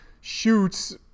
shoots